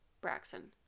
Braxton